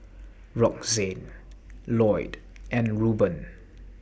Roxane Lloyd and Ruben